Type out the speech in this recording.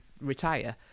retire